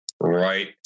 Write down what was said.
right